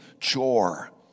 chore